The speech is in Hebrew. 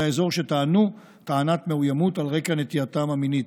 האזור שטענו טענת מאוימות על רקע נטייתם המינית,